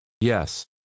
Yes